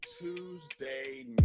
Tuesday